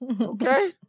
Okay